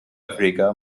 africa